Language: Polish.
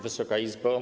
Wysoka Izbo!